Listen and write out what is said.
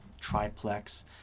triplex